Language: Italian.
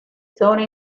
zona